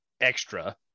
extra